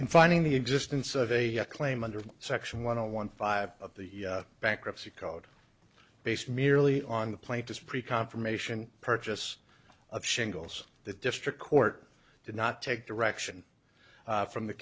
in finding the existence of a claim under section one hundred one five of the bankruptcy code based merely on the plaintiff pre conformation purchase of shingles the district court did not take direction from the